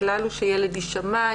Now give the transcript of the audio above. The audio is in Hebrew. הכלל הוא שילד יישמע.